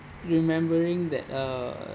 remembering that uh